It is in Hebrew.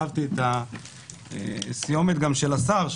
אהבתי את הסיומת של השר,